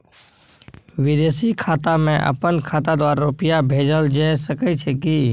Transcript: विदेशी खाता में अपन खाता द्वारा रुपिया भेजल जे सके छै की?